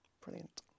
Brilliant